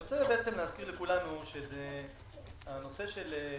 אני רוצה להזכיר לכולנו שהנושא של דיפרנציאליות